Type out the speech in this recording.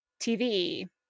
TV